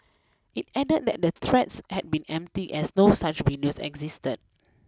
it added that the the threats had been empty as no such video existed